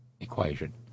equation